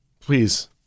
Please